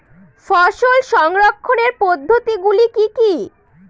ফসল সংরক্ষণের পদ্ধতিগুলি কি কি?